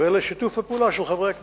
ולשיתוף הפעולה של חברי הכנסת.